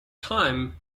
time